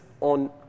on